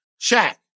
Shaq